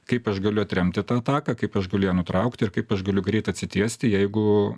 kaip aš galiu atremti tą ataką kaip aš galiu ją nutraukti ir kaip aš galiu greit atsitiesti jeigu